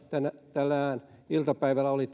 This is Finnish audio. tänään iltapäivällä oli